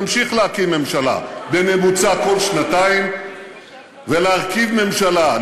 נמשיך להקים ממשלה בממוצע כל שנתיים ולהרכיב ממשלה,